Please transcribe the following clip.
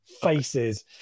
faces